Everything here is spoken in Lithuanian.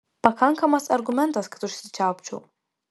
pakankamas argumentas kad užsičiaupčiau